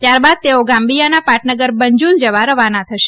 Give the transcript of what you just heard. ત્યારબાદ તેઓ ગામ્બીયાના પાટનગર બંજુલ જવા રવાના થશે